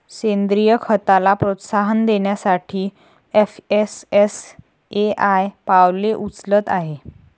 सेंद्रीय खताला प्रोत्साहन देण्यासाठी एफ.एस.एस.ए.आय पावले उचलत आहे